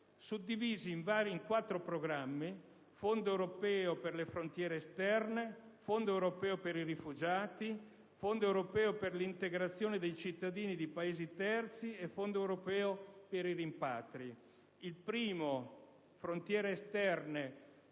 suddivisi in quattro programmi: Fondo europeo per le frontiere esterne; Fondo europeo per i rifugiati, Fondo europeo per l'integrazione dei cittadini di Paesi terzi e Fondo europeo per i rimpatri. Il primo, relativo alle